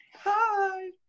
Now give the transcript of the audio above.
Hi